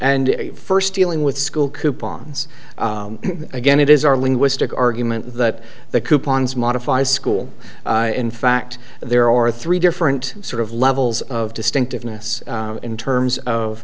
and first dealing with school coupons again it is our linguistic argument that the coupons modifies school in fact there are three different sort of levels of distinctiveness in terms of